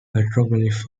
petroglyphs